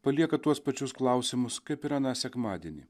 palieka tuos pačius klausimus kaip ir aną sekmadienį